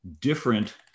different